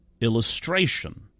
illustration